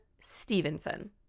Stevenson